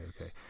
okay